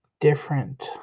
different